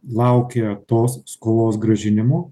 laukia tos skolos grąžinimo